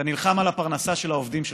אתה נלחם על הפרנסה של העובדים שלך,